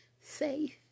Safe